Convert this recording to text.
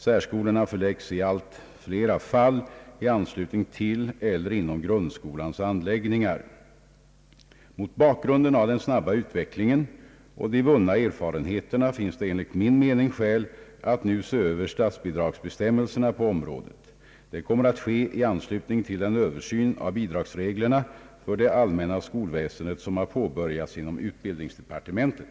Särskolorna förläggs i allt flera fall i anslutning till eller inom grundskolans anläggningar. Mot bakgrunden av den snabba utvecklingen och de vunna erfarenheterna finns det enligt min mening skäl att nu se Över statsbidragsbestämmelserna på området. Det kommer att ske i anslutning till den översyn av bidragsreglerna för det allmänna skolväsendet som har påbörjats inom utbildningsdepartementet.